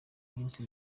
nyinshi